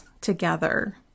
together